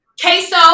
queso